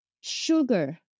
sugar